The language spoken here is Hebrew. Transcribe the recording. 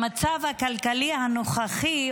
במצב הכלכלי הנוכחי,